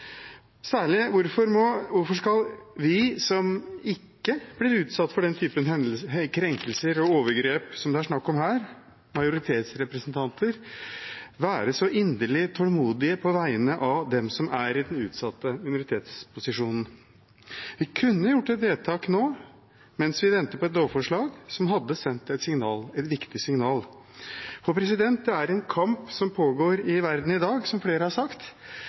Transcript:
Særlig: Hvorfor skal vi som ikke blir utsatt for den type krenkelser og overgrep som det er snakk om her – majoritetsrepresentanter – være så inderlig tålmodige på vegne av dem som er i den utsatte minoritetsposisjonen? Vi kunne gjort et vedtak nå mens vi venter på et lovforslag, som hadde sendt et viktig signal. For det er en kamp som pågår i verden i dag, som flere har sagt.